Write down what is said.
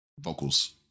Vocals